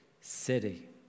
city